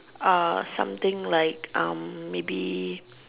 uh something like um maybe